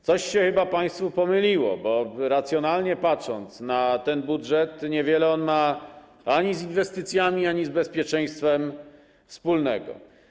Coś się chyba państwu pomyliło, bo racjonalnie patrząc na ten budżet, niewiele on ma i z inwestycjami, i z bezpieczeństwem wspólnego.